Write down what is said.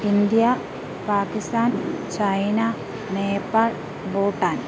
India Pakistan China Nepal Bhutan